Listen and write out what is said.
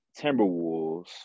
Timberwolves